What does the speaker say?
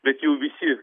bet jau visi